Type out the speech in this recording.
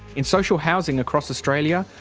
in social housing across australia,